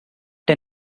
ten